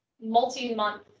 multi-month